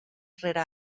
rere